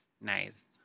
Nice